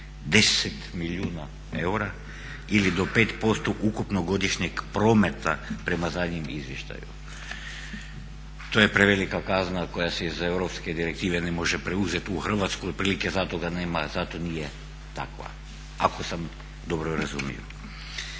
10 milijuna eura ili do 5% ukupnog godišnjeg prometa prema zadnjem izvještaju. To je prevelika kazna koja se iz europske direktive ne može preuzeti u Hrvatskoj otprilike zato ga nema, zato nije takva, ako sam dobro razumio.